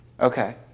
Okay